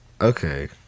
Okay